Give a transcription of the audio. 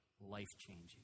life-changing